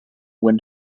when